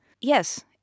Yes